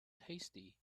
tasty